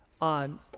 on